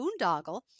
boondoggle